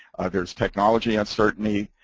there's technology uncertainty.